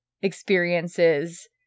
experiences